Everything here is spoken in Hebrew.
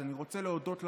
אז אני רוצה להודות לכם,